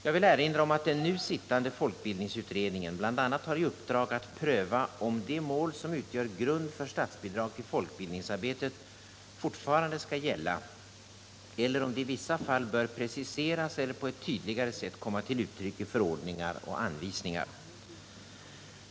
Jag vill erinra om att den nu sittande folkbildningsutredningen bl.a. har i uppdrag att pröva om de mål, som utgör grund för statsbidrag till folkbildningsarbetet, fortfarande skall gälla eller om de i vissa fall bör preciseras eller på ett tydligare sätt komma till uttryck i förordningar och anvisningar.